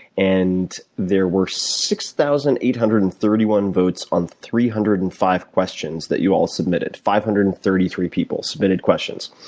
and there were six thousand eight hundred and thirty one votes on three hundred and five questions that you all submitted. five hundred and thirty three people submitted questions.